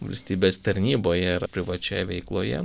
valstybės tarnyboje ar privačioje veikloje